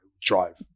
drive